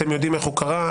אתם יודעים איך הוא קרה?